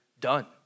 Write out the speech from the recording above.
done